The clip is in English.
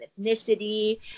ethnicity